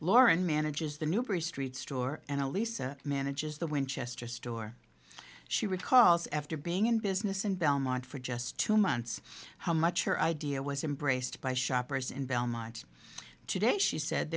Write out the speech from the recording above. lauren manages the newbury street store and alisa manages the winchester store she recalls after being in business in belmont for just two months how much her idea was embraced by shoppers in belmont today she said